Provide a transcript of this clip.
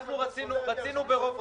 רצינו ברוב רגיל,